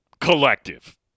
collective